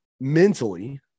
mentally